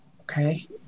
Okay